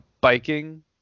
biking